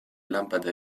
lampade